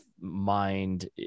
mind